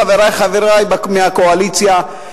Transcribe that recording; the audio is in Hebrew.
חברי מהקואליציה,